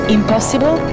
Impossible